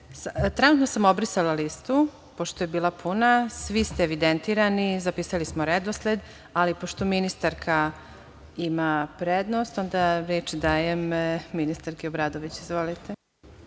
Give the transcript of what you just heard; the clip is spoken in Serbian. sam obrisala listu, pošto je bila puna. Svi ste evidentirani, zapisali smo redosled, ali pošto ministarka ima prednost, onda reč dajem ministarki Obradović. Izvolite.